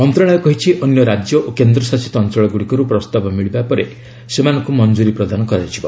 ମନ୍ତ୍ରଶାଳୟ କହିଛି ଅନ୍ୟ ରାଜ୍ୟ ଓ କେନ୍ଦ୍ରଶାସିତ ଅଞ୍ଚଳଗୁଡ଼ିକରୁ ପ୍ରସ୍ତାବ ମିଳିବା ପରେ ସେମାନଙ୍କୁ ମଞ୍ଜୁରୀ ପ୍ରଦାନ କରାଯିବ